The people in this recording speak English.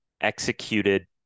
executed